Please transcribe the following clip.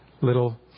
little